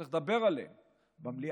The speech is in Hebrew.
וצריך לדבר עליהן במליאה,